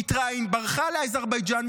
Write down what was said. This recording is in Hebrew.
היא ברחה לאזרבייג'ן,